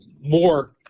more